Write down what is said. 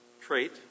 trait